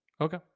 Okay